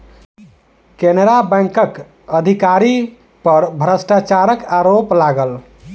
केनरा बैंकक अधिकारी पर भ्रष्टाचारक आरोप लागल